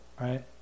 right